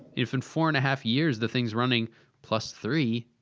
if in four and a half years, the thing's running plus three,